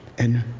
and